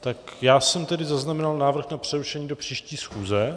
Tak já jsem tady zaznamenal návrh na přerušení do příští schůze.